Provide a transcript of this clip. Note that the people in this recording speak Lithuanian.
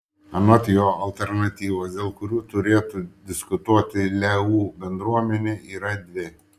anot jo alternatyvos dėl kurių turėtų diskutuoti leu bendruomenė yra dvi